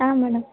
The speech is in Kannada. ಹಾಂ ಮೇಡಮ್